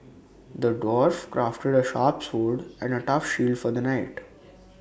the dwarf crafted A sharp sword and A tough shield for the knight